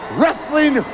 wrestling